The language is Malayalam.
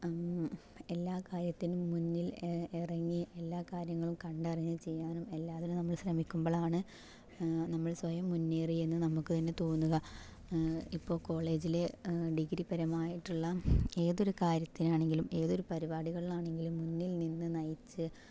എല്ലാ കാര്യത്തിനും മുന്നിൽ എറങ്ങി എല്ലാ കാര്യങ്ങളും കണ്ടറിഞ്ഞ് ചെയ്യാനും എല്ലാത്തിനും നമ്മൾ ശ്രമിക്കുമ്പോഴാണ് നമ്മൾ സ്വയം മുന്നേറിയെന്ന് നമുക്ക് തന്നെ തോന്നുക ഇപ്പോൾ കോളേജിലെ ഡിഗ്രി പരമായിട്ടുള്ള ഏതൊരു കാര്യത്തിനാണെങ്കിലും ഏതൊരു പരിപാടികളിൽ ആണങ്കിലും മുന്നിൽ നിന്ന് നയിച്ച്